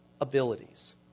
abilities